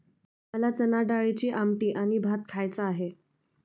मला चणाडाळीची आमटी आणि भात खायचा आहे